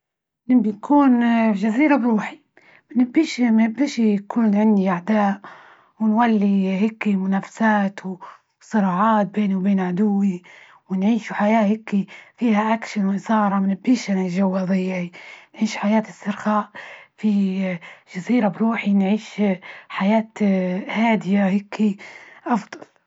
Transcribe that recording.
إنى بيكون الجزيرة بروحي؟ ما نبيش- ما نبيش يكون عندي أعداء ونولي هيكي منافسات وصراعات بيني وبين عدوي، ونعيش حياة هيكى فيها أكشن وإثارة منيش الجو هاذاى، نعيش حياة استرخاء في جزيرة بروحى، نعيش حياة هادية هيكى أفضل.